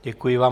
Děkuji vám.